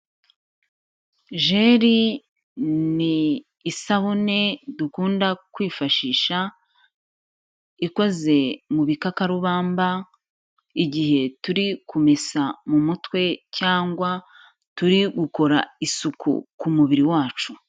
Jiri ni isabune dukunda kwifashisha, ikoze mu bikakarubamba, igihe turi kumesa mu mutwe, cyangwa turi gukora isuku ku mubiri wacu.